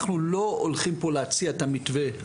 אנחנו לא הולכים פה להציע את המתווה,